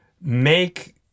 make